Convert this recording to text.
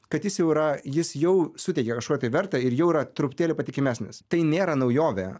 kad jis jau yra jis jau suteikia kažkokią tai vertę ir jau yra truputėlį patikimesnis tai nėra naujovė